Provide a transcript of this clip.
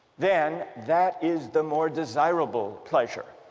then that is the more desirable pleasure.